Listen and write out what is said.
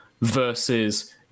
versus